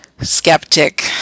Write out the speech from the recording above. skeptic